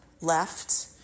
left